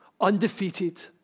undefeated